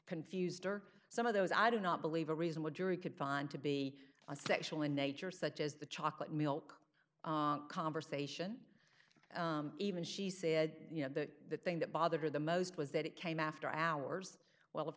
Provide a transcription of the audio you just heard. confused are some of those i do not believe a reasonable jury could find to be a sexual in nature such as the chocolate milk conversation even she said you know the thing that bothered her the most was that it came after hours well of